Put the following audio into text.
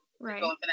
Right